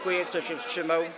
Kto się wstrzymał?